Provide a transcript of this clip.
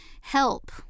help